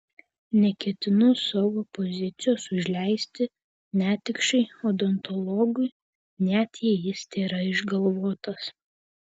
neketinu savo pozicijos užleisti netikšai odontologui net jei jis tėra išgalvotas